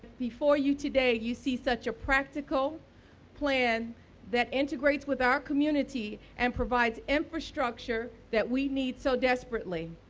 before you today, you see such a practical plan that integrates with our community and provides infrastructure that we need so desperately.